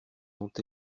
dont